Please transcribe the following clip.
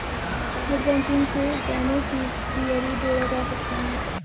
net banking से beneficiary जोड़ा जा सकता है